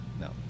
No